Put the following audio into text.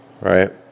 Right